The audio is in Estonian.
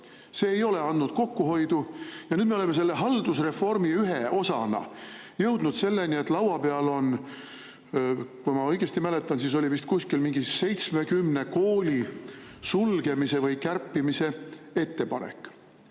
See ei ole andnud kokkuhoidu. Nüüd me oleme haldusreformi ühe osaga jõudnud selleni, et laua peal on, kui ma õigesti mäletan, vist kuskil 70 kooli sulgemise või kärpimise ettepanek.